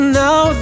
now